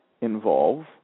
involve